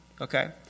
okay